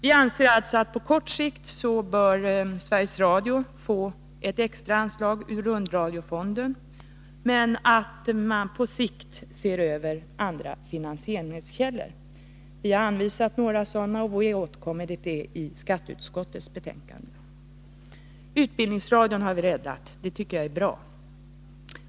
Vi anser att Sveriges Radio på kort sikt skall få ett extra anslag ur rundradiofonden, men att man på längre sikt skall se över andra finansieringskällor. Vi har anvisat några sådana, och vi återkommer till det vid behandlingen av skatteutskottets betänkande. Utbildningsradion har vi räddat, och det tycker jag är bra.